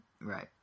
right